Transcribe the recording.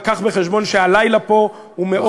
רק הבא בחשבון שהלילה פה מאוד ארוך.